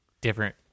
different